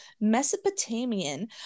Mesopotamian